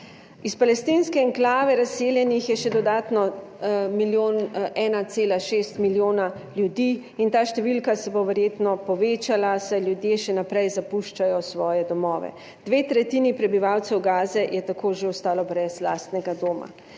Iz palestinske enklave je razseljenih še dodatno 1,6 milijona ljudi in ta številka se bo verjetno povečala, saj ljudje še naprej zapuščajo svoje domove. Dve tretjini prebivalcev Gaze je tako že ostalo brez lastnega doma.